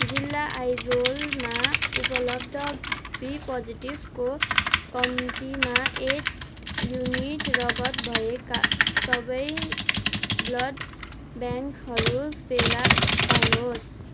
जिल्ला आइज्वलमा उपलब्ध बी पोजिटिभको कम्तिमा एट युनिट रगत भएका सबै ब्लड ब्याङ्कहरू फेला पार्नुहोस्